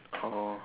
oh